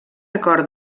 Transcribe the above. acord